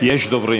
יש דוברים,